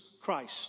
Christ